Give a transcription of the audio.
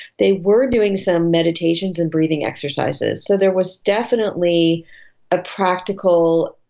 they were doing some meditations and breathing exercises so there was definitely a practical,